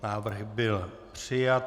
Návrh byl přijat.